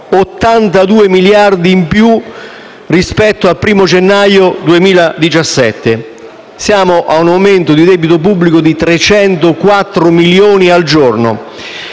82 miliardi in più rispetto al primo gennaio 2017. Siamo ad un aumento di debito pubblico di 304 milioni al giorno.